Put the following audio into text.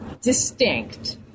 distinct